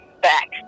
back